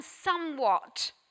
somewhat